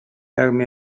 armi